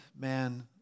man